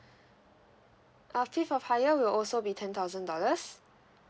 uh fifth or higher will also be ten thousand dollars